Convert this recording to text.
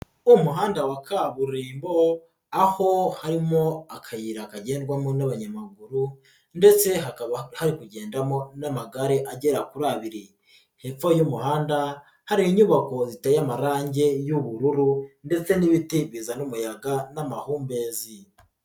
Umuhanda wa kaburimbo aho harimo akayira kagendwamo n'abanyamaguru ndetse hakaba hari kugendamo n'amagare agera kuri abiri, hepfo y'umuhanda hari inyubako ziteye amarangi y'ubururu ndetse n'ibiti bizana umuyaga n'amahumbezi.